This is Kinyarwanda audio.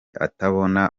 atabona